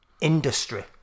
industry